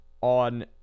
on